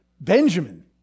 Benjamin